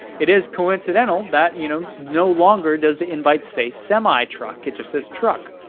it is coincidental that you know no longer does the invite say semi-truck, it just says truck.